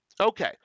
Okay